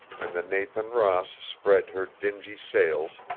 and the nathan ross spread her dingy sails,